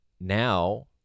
now